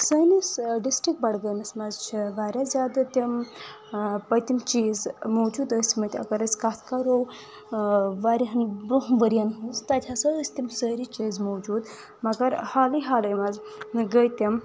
سٲنِس ڈسٹرِکٹ بڈگٲمِس منٛز چھِ واریاہ زیادٕ تِم پٔتِم چیٖز موجوٗد ٲسۍ مٕتۍ اگر أسۍ کتھ کرو واریہن برٛونٛہہ ؤرۍ ین ہٕنٛز تتہِ ہسا ٲسۍ تِم سٲری چیٖز موجوٗد مگر حالٕے حالے منٛز گٔے تِم